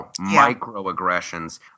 microaggressions